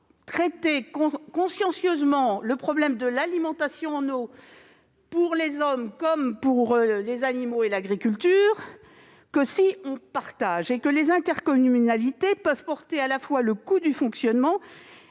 traiter consciencieusement le problème de l'alimentation en eau, tant pour les hommes que pour les animaux et l'agriculture, que par le partage des compétences. Les intercommunalités peuvent supporter à la fois le coût du fonctionnement